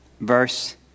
verse